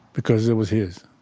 because it was his.